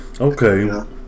Okay